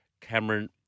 Cameron